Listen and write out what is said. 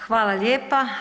Hvala lijepa.